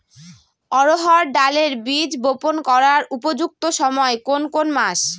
অড়হড় ডালের বীজ বপন করার উপযুক্ত সময় কোন কোন মাস?